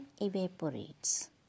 evaporates